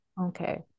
Okay